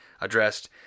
addressed